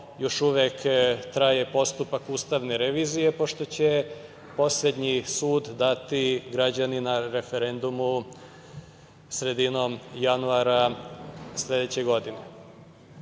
još uvek traje postupak ustavne revizije, pošto će poslednji sud dati građani na referendumu sredinom Januara sledeće godine. Znači,